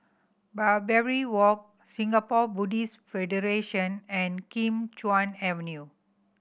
Barbary Walk Singapore Buddhist Federation and Kim Chuan Avenue